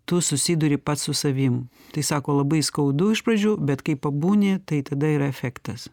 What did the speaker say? tu susiduri pats su savim tai sako labai skaudu iš pradžių bet kai pabūni tai tada yra efektas